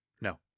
No